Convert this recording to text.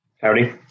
Howdy